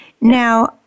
Now